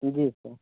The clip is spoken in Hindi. जी सर